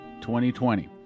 2020